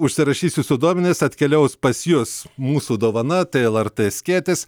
užsirašys jūsų duomenis atkeliaus pas jus mūsų dovana tai lrt skėtis